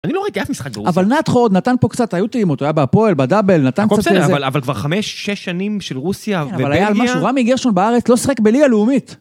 אני לא ראיתי אף משחק ברוסיה. אבל נת חורד נתן פה קצת היותי עם אותו, היה בפואל, בדאבל, נתן קצת לזה. אבל כבר 5-6 שנים של רוסיה וברגיה. כן, אבל היה משהו, רמי גרשון בארץ לא שחק בליאה לאומית.